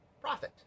profit